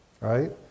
Right